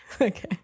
okay